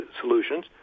solutions